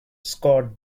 scott